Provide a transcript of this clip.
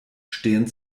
stehen